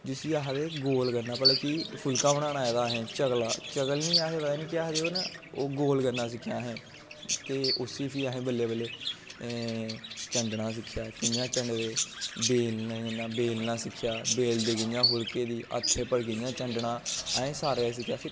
जिसी आखदे कि गोल करना कि फुल्का बनाना एह्दा असें चकल निं आखदे पता निं केह् आखदे ओह् गोल करना सिक्खेआ असें ते उसी फ्ही असें बल्लें बल्लें चंडनां सिक्खेआ कि'यां चंडदे बेलने कन्नै बेलना सिक्खेआ बेलदे कि'यां फुल्के गी हत्थे पर कि'यां चंडना असें सारा किश सिक्खेआ फिर